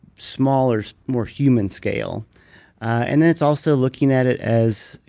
small or more human scale and then it's also looking at it as,